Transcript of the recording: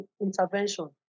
intervention